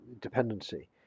dependency